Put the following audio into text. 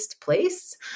place